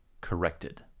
corrected